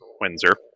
Windsor